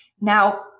Now